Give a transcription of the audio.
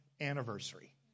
anniversary